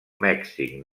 mèxic